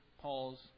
Paul's